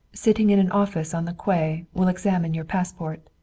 sitting in an office on the quay, will examine your passport.